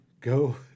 go